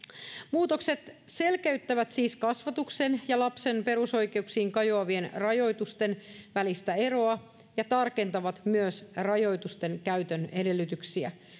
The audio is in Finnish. muutokset selkeyttävät siis kasvatuksen ja lapsen perusoikeuksiin kajoavien rajoitusten välistä eroa ja tarkentavat myös rajoitusten käytön edellytyksiä